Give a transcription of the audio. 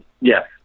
Yes